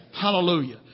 Hallelujah